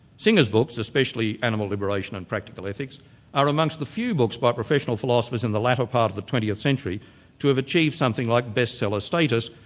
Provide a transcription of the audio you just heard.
singer's books, especially animal liberation and practical ethics are amongst the few books by professional philosophers in the latter part of the twentieth century to have achieved something like best seller status,